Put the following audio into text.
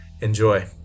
Enjoy